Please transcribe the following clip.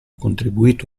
contribuito